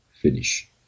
finish